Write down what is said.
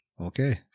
Okay